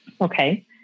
Okay